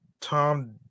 Tom